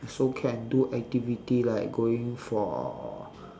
also can do activity like going for